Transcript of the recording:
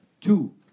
Two